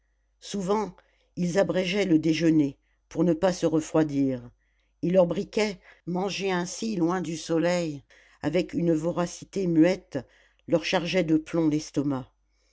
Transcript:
souvent ils abrégeaient le déjeuner pour ne pas se refroidir et leurs briquets mangés ainsi loin du soleil avec une voracité muette leur chargeaient de plomb l'estomac